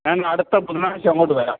ഞാൻ അടുത്ത ബുധനാഴ്ച്ച അങ്ങോട്ട് വരാം